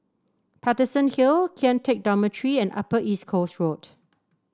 Paterson Hill Kian Teck Dormitory and Upper East Coast Road